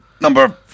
number